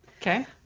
Okay